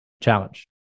challenge